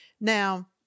Now